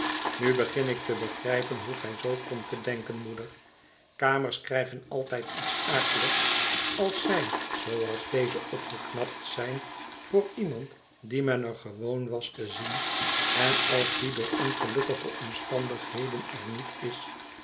nu begin ik te begrijpen hoe gij zoo komt te denken moeder kamers krijgen altijd iets akeligs als zij zooals deze opgeknapt zijn voor iemand dien men er gewoon was te zien en als die door ongelukkige omstandigheden er niet is